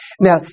Now